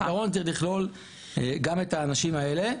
אז אני אומר שהפתרון זה לכלול גם את האנשים האלה,